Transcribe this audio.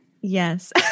Yes